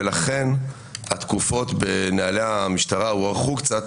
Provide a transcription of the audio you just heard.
ולכן התקופות בנהלי המשטרה הוארכו קצת,